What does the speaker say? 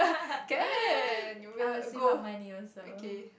can you will a go